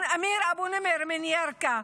אבו נימר אמיר מירכא,